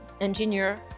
engineer